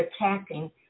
attacking